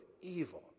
evil